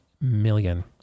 million